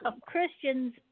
Christians